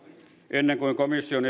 ennen kuin komission